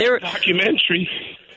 documentary